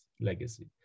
legacy